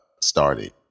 started